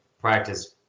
practice